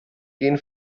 gehen